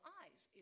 eyes